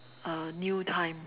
a new time